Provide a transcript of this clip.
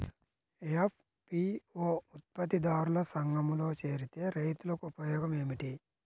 FPO ఉత్పత్తి దారుల సంఘములో చేరితే రైతులకు ఉపయోగము ఏమిటి?